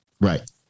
Right